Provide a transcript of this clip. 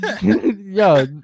Yo